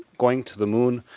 going to the moon,